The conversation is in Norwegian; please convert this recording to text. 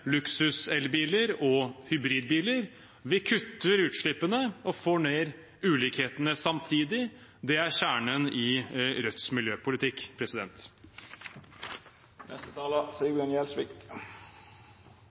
luksuselbiler og -hybridbiler. Vi kutter utslippene og får ned ulikhetene samtidig. Det er kjernen i Rødts miljøpolitikk.